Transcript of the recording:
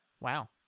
wow